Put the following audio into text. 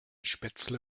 spätzle